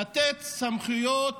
לתת סמכויות